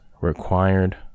required